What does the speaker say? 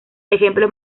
ejemplos